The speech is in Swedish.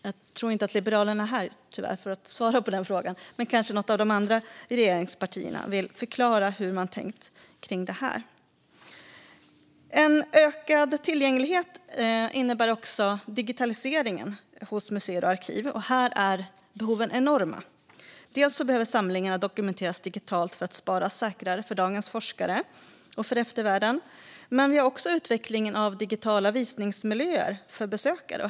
Jag tror tyvärr inte att Liberalerna är här och kan svara på den frågan, men kanske vill något av de andra regeringspartierna förklara hur man har tänkt kring detta. Digitaliseringen hos museer och arkiv innebär också en ökad tillgänglighet, och här är behoven enorma. Samlingarna behöver dokumenteras digitalt för att sparas säkrare för dagens forskare och för eftervärlden, men det handlar också om utvecklingen av digitala visningsmiljöer för besökare.